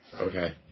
Okay